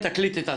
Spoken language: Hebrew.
תקליט את עצמך.